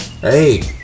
hey